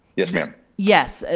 yes ma'am. yes, ah